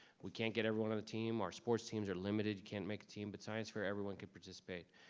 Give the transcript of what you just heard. we can't get everyone on the team. our sports teams are limited can make team but science for everyone can participate.